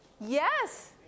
yes